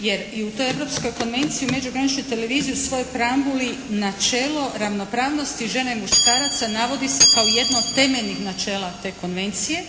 Jer i u toj Europskoj konvenciji o međugraničnoj televiziji u svojoj preambuli načelo ravnopravnosti žena i muškaraca navodi se kao jedno od temeljnih načela te konvencije,